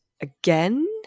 again